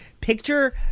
picture